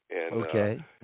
Okay